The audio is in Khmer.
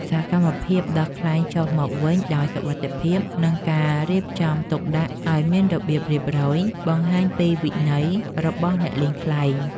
សកម្មភាពដោះខ្លែងចុះមកវិញដោយសុវត្ថិភាព និងការរៀបចំទុកដាក់ឱ្យមានរបៀបរៀបរយ បង្ហាញពីវិន័យរបស់អ្នកលេងខ្លែង។